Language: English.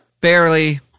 barely